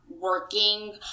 working